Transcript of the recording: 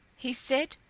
he said,